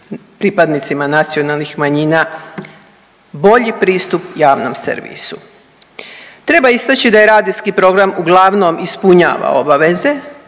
pripadnicima nacionalnih manjina bolji pristup javnom servisu. Treba istaći da radijski program uglavnom ispunjava obaveze